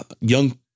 young